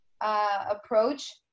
approach